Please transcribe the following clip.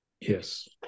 Yes